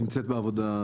זה נמצא בעבודה.